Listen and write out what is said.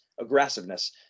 Aggressiveness